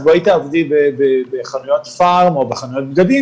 אז בואי תעבדי בחנויות פארם או בחנויות בגדים",